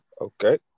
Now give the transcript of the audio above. Okay